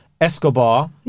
Escobar